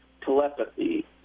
telepathy